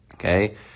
Okay